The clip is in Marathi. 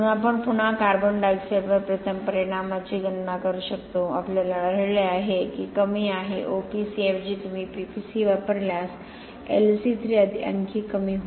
म्हणून पुन्हा आपण CO2 वर प्रथम परिणामाची गणना करू शकतो आपल्याला आढळले आहे की कमी आहे OPC ऐवजी तुम्ही PPC वापरल्यास LC3 आणखी कमी होईल